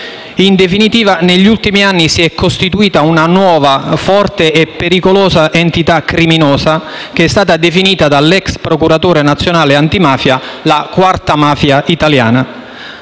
In definitiva, negli ultimi anni si è costituita una nuova, forte e pericolosa identità criminosa, definita dall'*ex* procuratore antimafia la quarta mafia italiana.